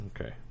Okay